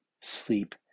sleep